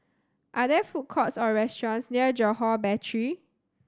are there food courts or restaurants near Johore Battery